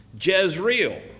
Jezreel